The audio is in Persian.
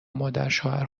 مادرشوهر